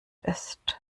ist